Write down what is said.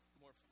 more